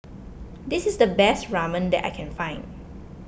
this is the best Ramen that I can find